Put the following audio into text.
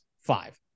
five